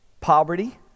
Poverty